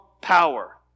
power